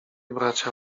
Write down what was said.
bracia